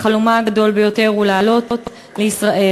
וחלומה הגדול ביותר הוא לעלות לישראל.